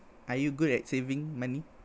are you good at saving money